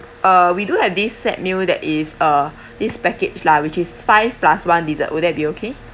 uh we do have these set meal that is uh this package lah which is five plus one dessert would that be okay